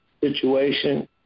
situation